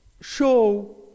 show